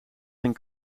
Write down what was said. geen